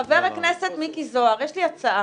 חבר הכנסת מיקי זוהר, יש לי הצעה.